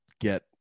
get